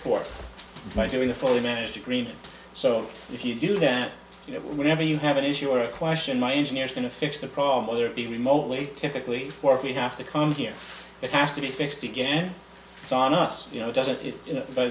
port by doing a fully managed agreement so if you do that you know whenever you have an issue or a question my engineers going to fix the problem will there be remotely typically work we have to come here it has to be fixed again it's on us you know doesn't it